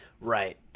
right